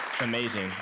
amazing